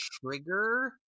trigger